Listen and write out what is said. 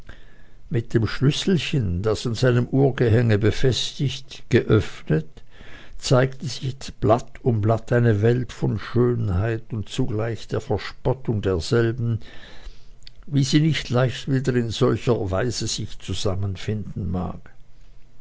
mit dem schlüsselchen das an seinem uhrgehänge befestigt war geöffnet zeigte sich blatt um blatt eine welt von schönheit und zugleich der verspottung derselben wie sie nicht leicht wieder in solcher weise sich zusammenfinden mag